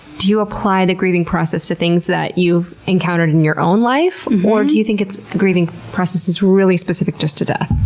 do you apply the grieving process to things that you've encountered in your own life, or do you think the grieving process is really specific just to death?